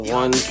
one